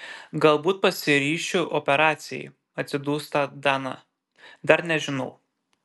galbūt pasiryšiu operacijai atsidūsta dana dar nežinau